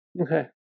okay